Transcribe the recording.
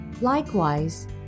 Likewise